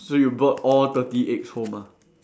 so you brought all thirty eggs home ah